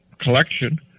collection